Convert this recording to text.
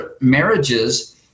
marriages